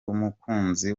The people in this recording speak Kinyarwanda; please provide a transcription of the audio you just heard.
umukunzi